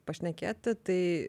pašnekėti tai